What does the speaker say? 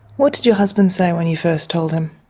what did your husband say when you first told him?